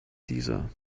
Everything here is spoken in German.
dieser